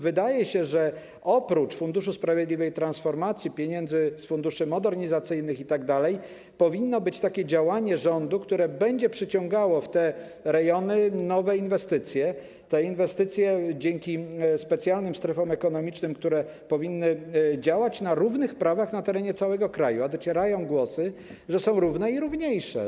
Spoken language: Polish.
Wydaje się, że oprócz Funduszu na rzecz Sprawiedliwej Transformacji, pieniędzy z funduszy modernizacyjnych itd., powinno być takie działanie rządu, które będzie przyciągało w te rejony nowe inwestycje, np. dzięki specjalnym strefom ekonomicznym, które powinny działać na równych prawach na terenie całego kraju, a docierają głosy, że są równe i równiejsze.